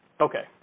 okay